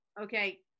Okay